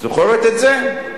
את זוכרת את זה?